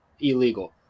illegal